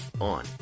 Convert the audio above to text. on